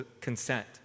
consent